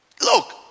Look